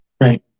Right